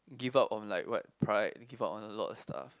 give up on like what pride give up on a lot of stuff